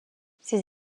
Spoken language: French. ses